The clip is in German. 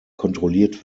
kontrolliert